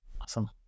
Awesome